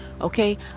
Okay